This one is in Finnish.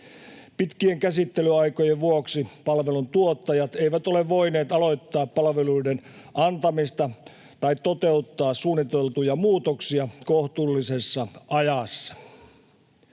Pitkien käsittelyaikojen vuoksi palveluntuottajat eivät ole voineet aloittaa palveluiden antamista tai toteuttaa suunniteltuja muutoksia kohtuullisessa ajassa.